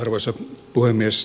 arvoisa puhemies